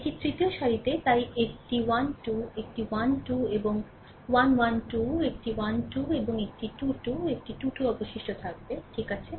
এটি তৃতীয় সারিতে তাই একটি 1 2 একটি 1 2 এবং 1 1 2 একটি 1 2 এবং একটি 2 2 একটি 2 2 অবশিষ্ট থাকবে ঠিক আছে